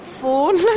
phone